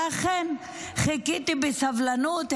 ואכן חיכיתי בסבלנות,